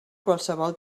qualsevol